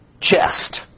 chest